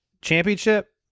championship